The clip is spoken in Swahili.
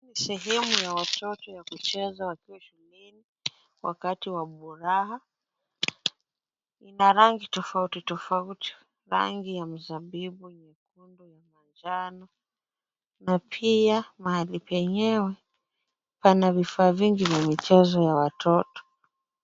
Ni sehemu ya watoto ya kucheza wakiwa shuleni, wakati wa buraa. Ina rangi tofauti tofauti. Rangi ya mzabibu nyekundu, ya manjano. Na pia mahali penyewe pana vifaa vingi vya michezo ya watoto.